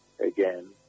again